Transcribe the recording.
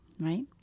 right